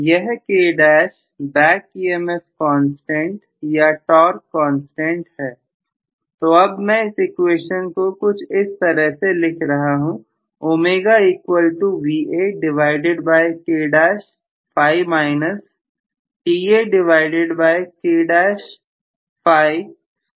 यह k dash back EMF constant या torque constant है तो अब मैं इस इक्वेशन को कुछ इस तरह से लिख सकता हूं omega equal to Va divided by k dash phi minus Ta divided by k dash phi square multiplied by Ra